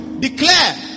Declare